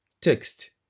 Text